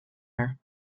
her